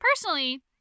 personally